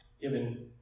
given